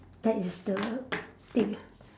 that is the thing